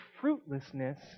fruitlessness